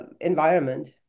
environment